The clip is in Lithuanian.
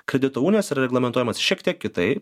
kredito unijos yra reglamentuojamos šiek tiek kitaip